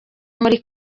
muri